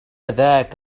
ذاك